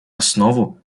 основу